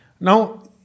Now